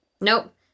Nope